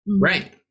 Right